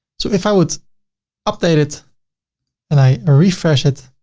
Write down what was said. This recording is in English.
so if i would update it and i refresh it,